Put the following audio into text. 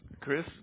Chris